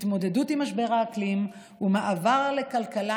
ההתמודדות עם משבר האקלים ומעבר לכלכלה